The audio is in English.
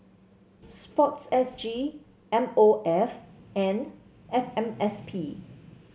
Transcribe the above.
sports S G M O F and F M S P